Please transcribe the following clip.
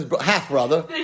half-brother